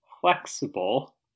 flexible